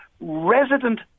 resident